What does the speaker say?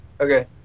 Okay